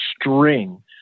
string